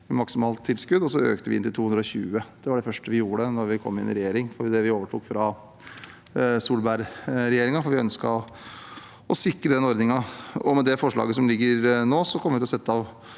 kr i maksimalt tilskudd. Vi økte den til 220 000 kr. Det var det første vi gjorde da vi kom i regjering da vi overtok etter Solbergregjeringen, for vi ønsket å sikre ordningen. Med det forslaget som ligger nå, kommer vi til å sette av